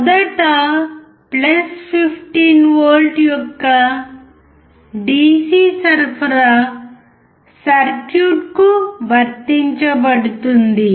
మొదట 15V యొక్క DC సరఫరా సర్క్యూట్కు వర్తించబడుతుంది